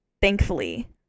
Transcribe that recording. thankfully